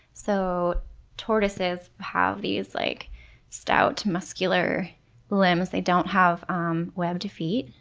so tortoises have these like stout, muscular limbs. they don't have um webbed feet,